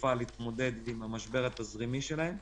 התעופה להתמודד עם המשבר התזרימי שלהן.